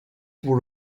pour